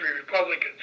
Republicans